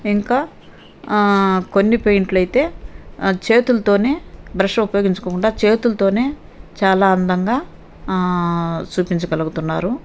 ఇంకా కొన్ని పెయింట్లు అయితే చేతులతో బ్రష్ ఉపయోగించకుండా చేతులతో చాలా అందంగా చూపించగలుగుతున్నారు